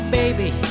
baby